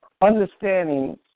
understanding